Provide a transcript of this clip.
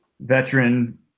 veteran